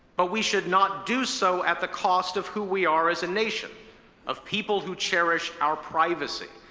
but we should not do so at the cost of who we are as a nation of people who cherish our privacy,